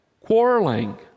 quarreling